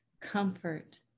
comfort